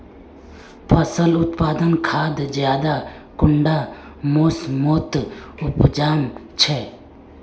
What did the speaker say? फसल उत्पादन खाद ज्यादा कुंडा मोसमोत उपजाम छै?